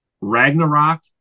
Ragnarok